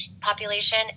population